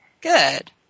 Good